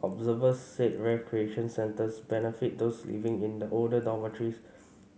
observers said recreation centres benefit those living in the older dormitories